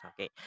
Okay